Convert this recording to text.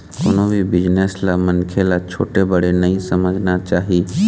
कोनो भी बिजनेस ल मनखे ल छोटे बड़े नइ समझना चाही